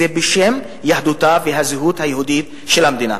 זה בשם יהדותה והזהות היהודית של המדינה.